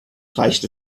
reicht